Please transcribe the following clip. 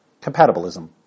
Compatibilism